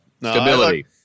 Stability